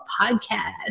Podcast